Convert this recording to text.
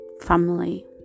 family